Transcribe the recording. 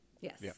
Yes